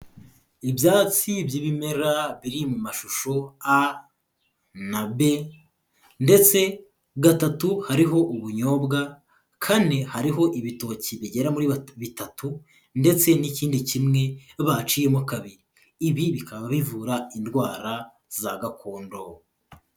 Ibyatsi by'ibimera biri mu mashusho a na b ndetse gatatu hariho ubunyobwa, kane hariho ibitoki bigera muri bitatu, ndetse n'ikindi kimwe baciyemo kabiri. Ibi bikaba bivura indwara za gakondo.